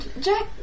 Jack